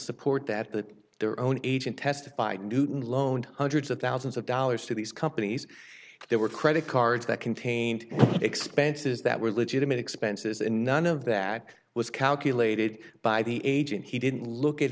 support that that their own agent testified newton loaned hundreds of thousands of dollars to these companies that were credit cards that contained expenses that were legitimate expenses and none of that was calculated by the agent he didn't look at